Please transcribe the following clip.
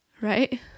Right